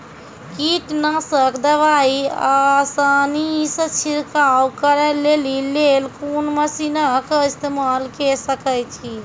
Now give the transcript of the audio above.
कीटनासक दवाई आसानीसॅ छिड़काव करै लेली लेल कून मसीनऽक इस्तेमाल के सकै छी?